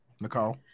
Nicole